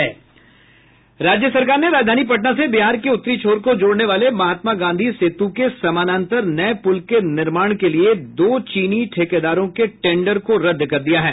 राज्य सरकार ने राजधानी पटना से बिहार के उत्तरी छोर को जोड़ने वाले महात्मा गांधी सेतू के समानांतर नये पूल के निर्माण के लिए दो चीनी ठेकेदारों के टेंडर को रद्द कर दिया है